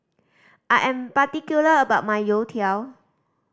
I am particular about my youtiao